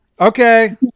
Okay